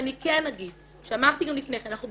אני כן אגיד ואמרתי גם לפני כן,